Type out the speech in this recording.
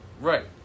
Right